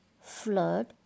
flood